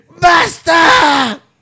basta